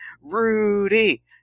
Rudy